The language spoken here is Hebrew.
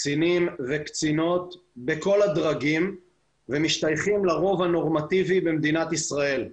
קצינים וקצינות בכל הדרגים שמשתייכים לרוב הנורמטיבי במדינת ישראל.